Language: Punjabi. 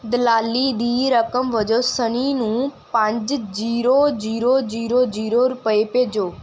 ਦਲਾਲੀ ਦੀ ਰਕਮ ਵਜੋਂ ਸਨੀ ਨੂੰ ਪੰਜ ਜੀਰੋ ਜੀਰੋ ਜੀਰੋ ਜੀਰੋ ਰੁਪਏ ਭੇਜੋ